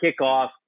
kickoff